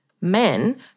men